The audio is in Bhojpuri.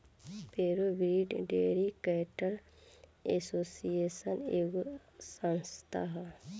pure breed dairy cattle association एगो संस्था ह